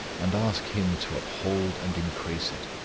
and ask him to uphold and increase it.